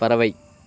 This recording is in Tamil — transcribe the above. பறவை